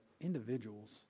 individuals